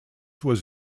was